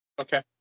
Okay